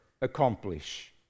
accomplish